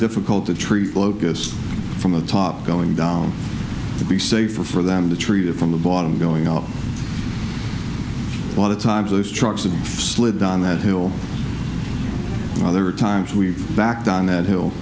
difficult to treat locusts from the top going down to be safer for them to treat it from the bottom going up all the times those trucks and slid down that hill other times we've backed down that hill